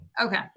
Okay